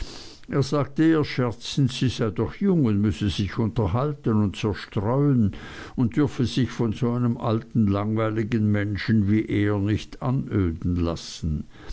er sagte ihr scherzend sie sei doch jung und müsse sich unterhalten und zerstreuen und dürfe sich von so einem alten langweiligen menschen wie er nicht anöden lassen